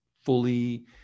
fully